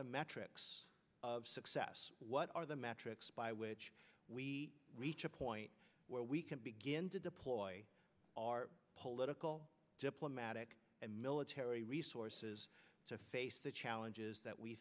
the metrics of success what are the metrics by which we reach a point where we can begin to deploy our political diplomatic and military resources to face the challenges that we